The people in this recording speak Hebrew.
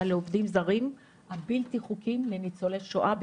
לעובדים זרים בלתי חוקיים לניצולי שואה.